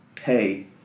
hey